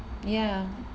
ya